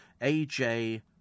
AJ